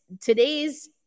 today's